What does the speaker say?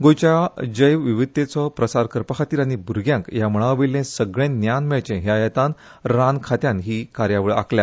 गोंयच्या जैव विविधतेचो प्रसार करपा खातीर आनी भ्रग्यांक ह्या मळावयलें सगळें ज्ञान मेळचें ह्या हेतान रान खात्यान ही कार्यावळ आंखल्या